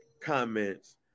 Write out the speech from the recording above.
comments